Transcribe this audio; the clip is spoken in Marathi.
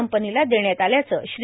कंपनीला देण्यात आल्याचं श्री